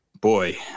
boy